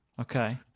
Okay